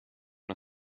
una